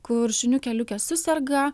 kur šuniukė liukė suserga